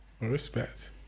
Respect